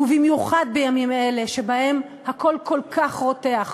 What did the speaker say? ובמיוחד בימים אלה שבהם הכול כל כך רותח,